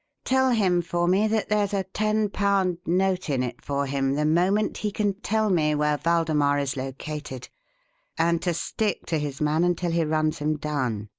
tell him for me that there's a ten-pound note in it for him the moment he can tell me where waldemar is located and to stick to his man until he runs him down.